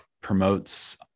promotes